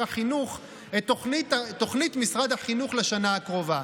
החינוך את תוכנית משרד החינוך לשנה הקרובה,